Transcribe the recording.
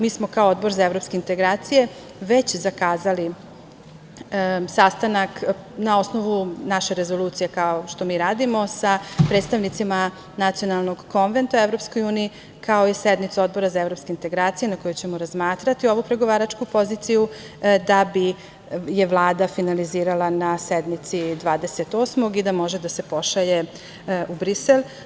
Mi smo, kao Odbor za evropske integracije već zakazali sastanak, na osnovu naše rezolucije, kao što mi radimo, sa predstavnicima nacionalnog konventa EU, kao i sednicu Odbora za evropske integracije, na kojoj ćemo razmatrati ovu pregovaračku poziciju da bi je Vlada finalizirala na sednici 28. i da može da se pošalje u Brisel.